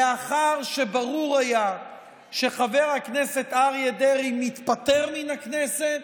לאחר שברור היה שחבר הכנסת אריה דרעי מתפטר מן הכנסת.